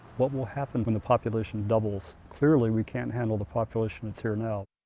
what will happen when the population doubles? clearly we can't handle the population that's here now.